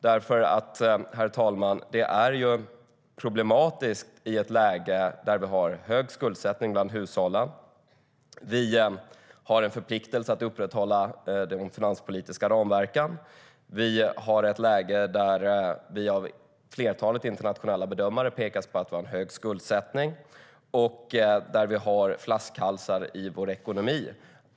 Det är, herr talman, problematiskt i ett läge där vi har hög skuldsättning bland hushållen och en förpliktelse att upprätthålla de finanspolitiska ramverken. Vi är i ett läge där flertalet internationella bedömare pekar på att vi har en hög skuldsättning och flaskhalsar i vår ekonomi.